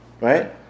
Right